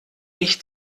mich